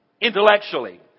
Intellectually